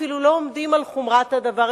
אפילו לא עומדים על חומרת הדבר.